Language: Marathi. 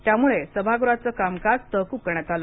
त्यामुळे सभागृहाच कामकाज तहकूब करण्यात आले